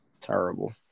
Terrible